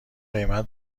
قیمت